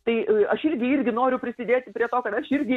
tai aš irgi irgi noriu prisidėti prie to kad aš irgi